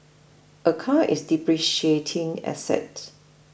a car is depreciating asset